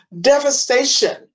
devastation